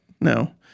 No